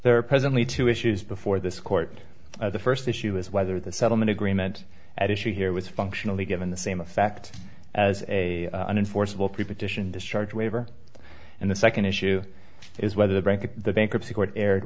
there are presently two issues before this court the first issue is whether the settlement agreement at issue here was functionally given the same effect as a unenforceable pre position discharge waiver and the second issue is whether the bank of the bankruptcy court erred